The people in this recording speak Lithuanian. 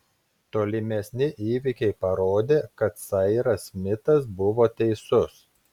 tolimesni įvykiai parodė kad sairas smitas buvo teisus